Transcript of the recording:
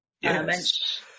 Yes